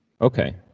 Okay